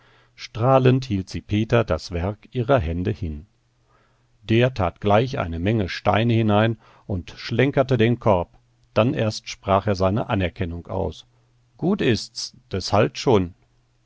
strahlend hielt sie peter das werk ihrer hände hin der tat gleich eine menge steine hinein und schlenkerte den korb dann erst sprach er seine anerkennung aus gut ist's es halt schon